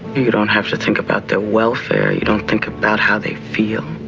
you don't have to think about their welfare, you don't think about how they feel.